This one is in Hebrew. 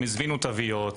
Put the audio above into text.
הם הזמינו תוויות,